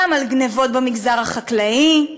אלא גם לגנבות במגזר החקלאי.